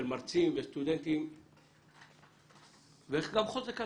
מרצים וסטודנטים וגם חוזק כלכלי.